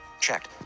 checked